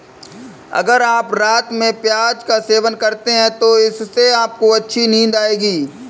अगर आप रात में प्याज का सेवन करते हैं तो इससे आपको अच्छी नींद आएगी